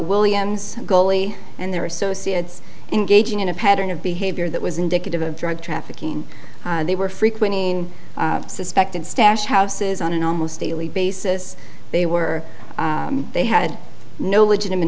williams goli and their associates engaging in a pattern of behavior that was indicative of drug trafficking they were frequenting suspected stash houses on an almost daily basis they were they had no legitimate